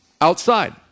outside